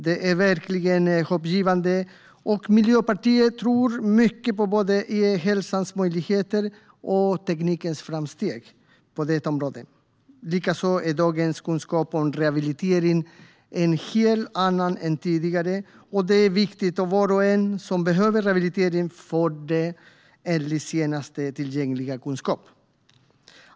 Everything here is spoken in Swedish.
Det är verkligen hoppingivande, och Miljöpartiet tror mycket på både e-hälsans möjligheter och teknikens framsteg på detta område. Likaså är dagens kunskap om rehabilitering en helt annan än tidigare, och det är viktigt att var och en som behöver rehabilitering får det enligt senast tillgängliga kunskap.